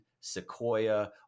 Sequoia